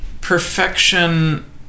perfection